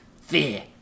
Fear